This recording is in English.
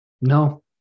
No